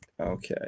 Okay